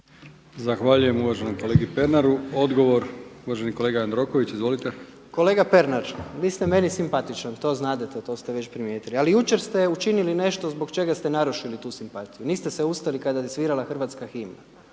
Zahvaljujem uvaženom kolegi Pernaru. Odgovor uvaženi kolega Jandroković. Izvolite. **Jandroković, Gordan (HDZ)** Kolega Pernar, vi ste meni simpatičan, to znadete, to ste već primijetili. Ali jučer ste učinili nešto zbog čega ste narušili tu simpatiju. Niste se ustali kada je svirala Hrvatska himna